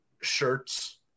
shirts